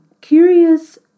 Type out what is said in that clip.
Curious